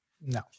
No